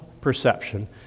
perception